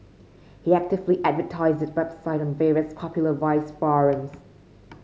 he actively advertised the website on various popular vice forums